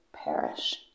Perish